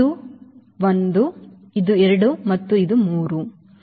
ಇದು 1 ಇದು 2 ಮತ್ತು ಇದು 3 ಸರಿ